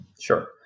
Sure